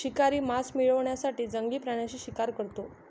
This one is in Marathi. शिकारी मांस मिळवण्यासाठी जंगली प्राण्यांची शिकार करतो